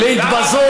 למה אתה מתנגד?